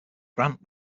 grant